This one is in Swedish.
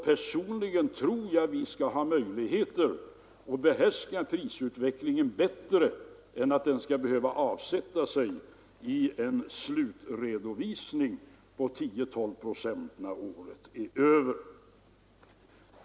Personligen tror jag att vi skall ha möjligheter att behärska prisutvecklingen bättre än att den skall behöva avsätta sig i en ökning av 10 till 12 procent vid en slutredovisning när året är över.